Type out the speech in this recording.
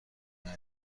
باغ